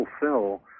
fulfill